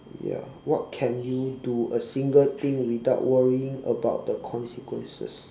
ya what can you do a single thing without worrying about the consequences